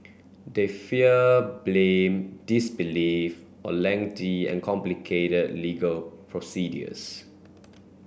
they fear blame disbelief or lengthy and complicated legal procedures